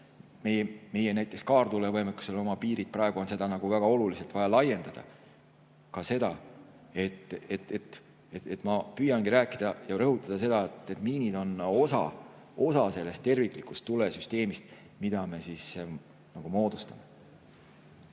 Meie kaartulevõimekusel on oma piirid, praegu on seda väga oluliselt vaja laiendada, ka seda. Ma püüangi rääkida ja rõhutada, et miinid on osa terviklikust tulesüsteemist, mida me moodustame.